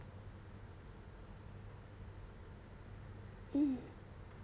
mm